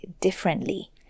differently